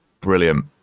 brilliant